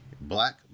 black